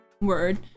Word